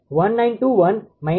તેથી તમને 0